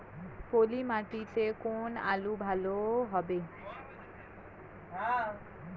পলি মাটিতে কোন আলু ভালো হবে?